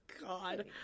God